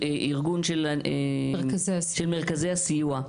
הארגון של מרכזי הסיוע.